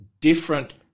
different